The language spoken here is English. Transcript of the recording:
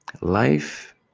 life